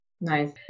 nice